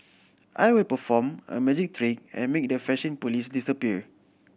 I will perform a magic trick and make the fashion police disappear